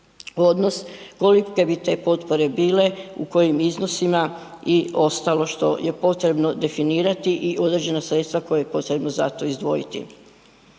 odnos kolike bi te potpore bile, u kojim iznosima i ostalo što je potrebno definirati i određena sredstava koja je potrebno za to izdvojiti.